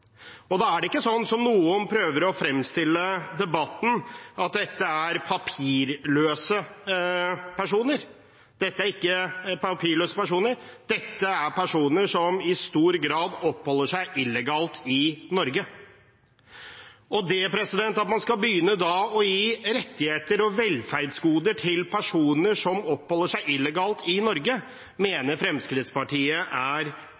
det som i debatten, papirløse personer. Dette er ikke papirløse personer; dette er personer som i stor grad oppholder seg illegalt i Norge. Og at man skal begynne å gi rettigheter og velferdsgoder til personer som oppholder seg illegalt i Norge, mener Fremskrittspartiet er